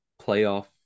playoff